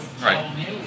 right